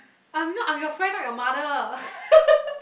I'm not I'm your friend not your mother